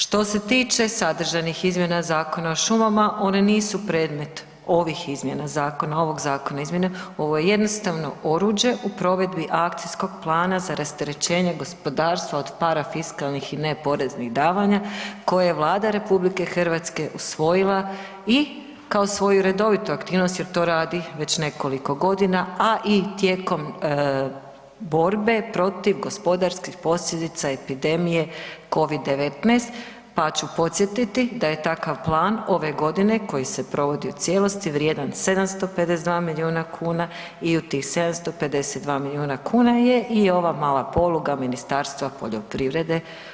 Što se tiče sadržajnih izmjena Zakona o šumama, one nisu predmet ovih izmjena zakona, ovog zakona o izmjenama, ovo je jednostavno oruđe u provedbi akcijskog plana za rasterećenje gospodarstva od parafiskalnih i neporeznih davanja koje Vlada RH usvojila i kao svoju redovitu aktivnost jer to radi već nekoliko godina, a i tijekom borbe protiv gospodarskih posljedica epidemije Covid-10, pa ću podsjetiti da je takav plan ove godine koji se provodi u cijelosti vrijedan 752 miliona kuna i u tih 752 miliona kuna je i ova mala poluga Ministarstva poljoprivrede.